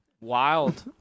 Wild